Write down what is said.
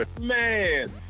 Man